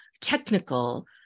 technical